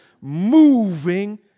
moving